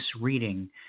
reading